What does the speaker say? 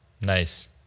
nice